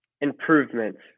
improvements